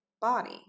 body